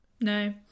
No